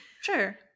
Sure